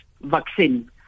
vaccine